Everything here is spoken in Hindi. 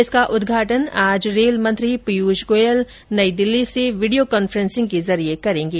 इसका उदघाटन आज रेल मंत्री पीयूष गोयल नई दिल्ली से वीडियो कांफ्रेंसिंग के जरिये करेंगे